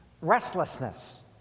restlessness